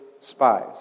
spies